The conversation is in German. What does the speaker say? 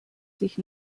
sich